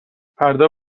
فردا